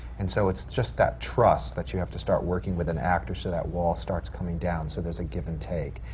and so, it's just that trust, that you have to start working with an actor so that wall starts coming down, so there's a give and take.